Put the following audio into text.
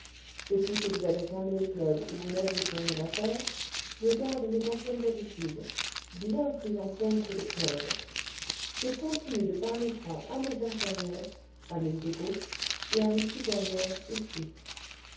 depuis que vous avez fermé les clubs où vous n'aviez plus rien à faire je garde mes anciennes habitudes bien plus anciennes que les clubs je continue de parler franc à mes inférieurs à mes égaux et à mes supérieurs aussi